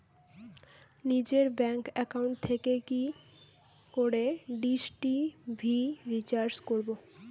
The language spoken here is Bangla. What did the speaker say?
নিজের ব্যাংক একাউন্ট থেকে কি করে ডিশ টি.ভি রিচার্জ করবো?